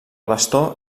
bastó